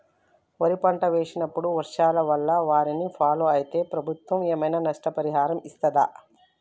వరి పంట వేసినప్పుడు వర్షాల వల్ల వారిని ఫాలో అయితే ప్రభుత్వం ఏమైనా నష్టపరిహారం ఇస్తదా?